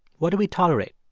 what do we tolerate?